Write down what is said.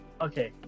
Okay